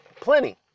Plenty